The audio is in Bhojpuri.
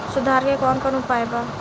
सुधार के कौन कौन उपाय वा?